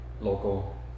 local